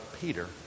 Peter